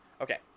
Okay